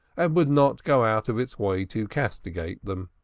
and would not go out of its way to castigate them.